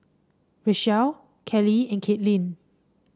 Rachelle Kelley and Caitlynn